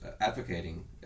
advocating